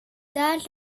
där